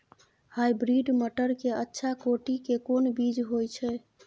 Hybrid मटर के अच्छा कोटि के कोन बीज होय छै?